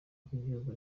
bw’igihugu